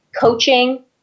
coaching